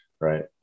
right